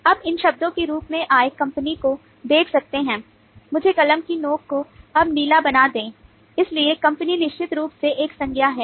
अब इन शब्दों के रूप में आप कंपनी को देख सकते हैं मुझे कलम की नोक को अब नीला बनाने दें इसलिए कंपनी निश्चित रूप से एक संज्ञा है